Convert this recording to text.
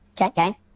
Okay